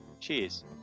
Cheers